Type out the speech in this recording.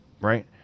right